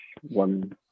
one